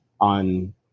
on